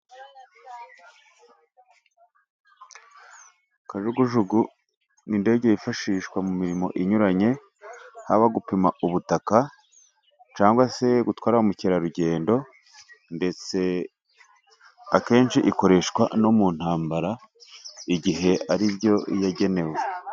Kajugujugu ni indege yifashishwa mu mirimo inyuranye, haba gupima ubutaka cyangwa se gutwara ba mukerarugendo. Ndetse akenshi ikoreshwa no mu ntambara, igihe ari byo yagenewe.